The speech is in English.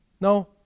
No